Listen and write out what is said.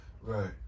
Right